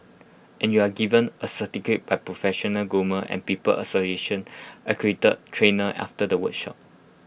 and you are given A by professional groomer and people association accredited trainer after the workshop